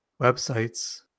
websites